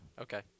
Okay